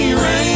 rain